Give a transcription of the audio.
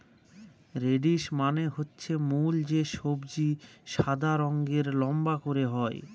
radish মানে হচ্ছে মূল যে সবজি সাদা রঙের লম্বা করে হয়